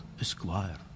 Esquire